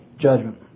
judgment